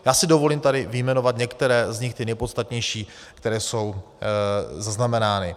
Já si dovolím tady vyjmenovat některé z nich, ty nejpodstatnější, které jsou zaznamenány.